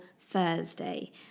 Thursday